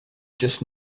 just